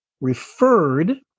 referred